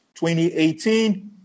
2018